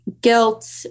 guilt